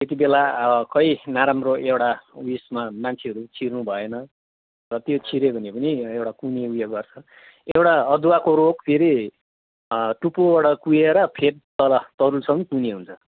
त्यति बेला कोही नराम्रो एउटा उइसमा मान्छेहरू छिर्नु भएन र त्यो छिऱ्यो भने पनि एउटा कुहुने उयो गर्छ एउटा अदुवाको रोग फेरि टुप्पोबाट कुहिएर फेद तल तरुलसम्म कुहिने हुन्छ